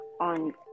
on